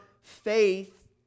faith